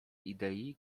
idei